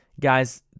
guys